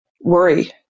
worry